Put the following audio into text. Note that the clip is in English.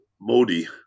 Modi